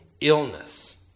Illness